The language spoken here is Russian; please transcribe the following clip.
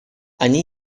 они